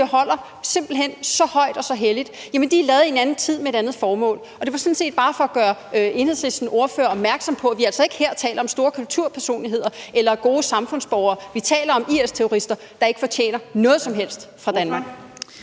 holder så højt og så helligt, er lavet i en anden tid og med et andet formål, og det var sådan set bare for at gøre Enhedslistens ordfører opmærksom på, at vi her ikke taler om store kulturpersonligheder eller gode samfundsborgere, men at vi taler om IS-terrorister, der ikke fortjener noget som helst fra Danmark.